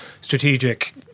strategic